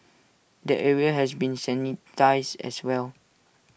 the area has been sanitised as well